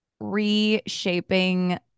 reshaping